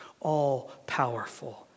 all-powerful